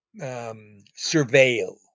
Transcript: surveil